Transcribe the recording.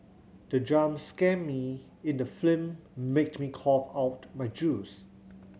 the jump scare me in the film made me cough out my juice